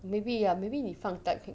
maybe ya maybe 你放 type ti~